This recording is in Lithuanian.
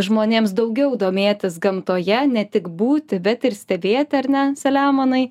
žmonėms daugiau domėtis gamtoje ne tik būti bet ir stebėti ar ne saliamonai